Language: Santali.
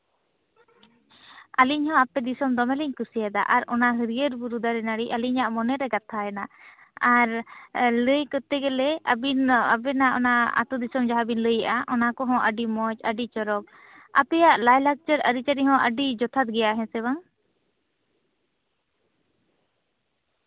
ᱟᱞᱤᱧ ᱦᱚᱸ ᱟᱯᱮ ᱫᱤᱥᱚᱢ ᱫᱚᱢᱮᱞᱤᱧ ᱠᱩᱥᱤᱭᱟᱫᱟ ᱟᱨ ᱚᱱᱟ ᱦᱟᱹᱲᱭᱟᱹᱨ ᱵᱩᱨᱩ ᱫᱟᱨᱮ ᱱᱟᱲᱤ ᱟᱞᱤᱧᱟᱜ ᱢᱚᱱᱮ ᱨᱮ ᱜᱟᱛᱷᱟᱣᱮᱱᱟ ᱟᱨ ᱞᱟᱹᱭ ᱠᱚᱛᱛᱮ ᱜᱮᱞᱮ ᱟᱵᱤᱱ ᱟᱵᱤᱱᱟᱜ ᱚᱱᱟ ᱟᱹᱛᱩ ᱫᱤᱥᱚᱢ ᱡᱟᱦᱟᱸᱵᱤᱱ ᱞᱟᱹᱭᱮᱫᱼᱟ ᱚᱱᱟ ᱠᱚᱦᱚᱸ ᱟᱹᱰᱤ ᱢᱚᱸᱡᱽ ᱟᱹᱰᱤ ᱪᱚᱨᱚᱠ ᱟᱯᱮᱭᱟᱜ ᱞᱟᱭᱼᱞᱟᱪᱟᱨ ᱟᱹᱨᱤᱪᱟᱹᱞᱤ ᱦᱚᱸ ᱟᱹᱰᱤ ᱡᱚᱛᱷᱟᱛ ᱜᱮᱭᱟ ᱦᱮᱸ ᱥᱮ ᱵᱟᱝ